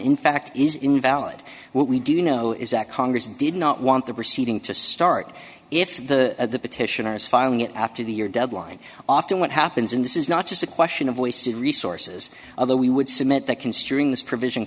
in fact is invalid what we do know is that congress did not want the proceeding to start if the petitioners filing it after the year deadline often what happens in this is not just a question of wasted resources although we would submit that considering this provision